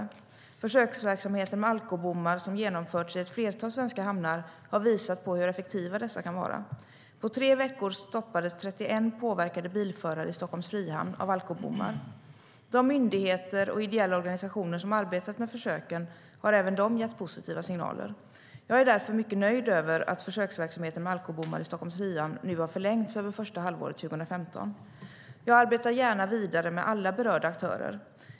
Den försöksverksamhet med alkobommar som genomförts i ett flertal svenska hamnar har visat på hur effektiva dessa kan vara. På tre veckor stoppades 31 påverkade bilförare i Stockholms Frihamn av alkobommar. De myndigheter och ideella organisationer som arbetat med försöken har även de gett positiva signaler. Jag är därför mycket nöjd över att försöksverksamheten med alkobommar i Stockholms Frihamn nu har förlängts över första halvåret 2015. Jag arbetar gärna vidare tillsammans med alla berörda aktörer.